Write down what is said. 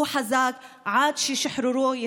חזק עד שחרורו,